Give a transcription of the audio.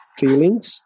feelings